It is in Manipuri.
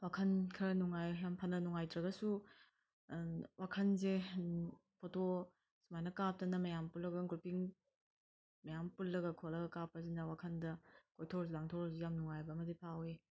ꯋꯥꯈꯟ ꯈꯔ ꯅꯨꯡꯉꯥꯏ ꯌꯥꯝ ꯐꯅ ꯅꯨꯡꯉꯥꯏꯇ꯭ꯔꯒꯁꯨ ꯋꯥꯈꯟꯁꯦ ꯐꯣꯇꯣ ꯁꯨꯃꯥꯏꯅ ꯀꯥꯞꯇꯅ ꯃꯌꯥꯝ ꯄꯨꯜꯂꯒ ꯒ꯭ꯔꯨꯞꯄꯤꯡ ꯃꯌꯥꯝ ꯄꯨꯜꯂꯒ ꯈꯣꯠꯂꯒ ꯀꯥꯞꯄꯁꯤꯅ ꯋꯥꯈꯟꯗ ꯀꯣꯏꯊꯣꯛꯎꯔꯁꯨ ꯂꯥꯡꯊꯣꯛꯎꯔꯁꯨ ꯌꯥꯝ ꯅꯨꯡꯉꯥꯏꯕ ꯑꯃꯗꯤ ꯐꯥꯎꯏ